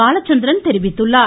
பாலச்சந்திரன் தெரிவித்துள்ளார்